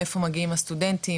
מאיפה מגיעים הסטודנטים,